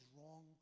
wrong